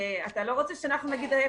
אתה לא רוצה שנגיד ההיפך,